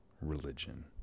religion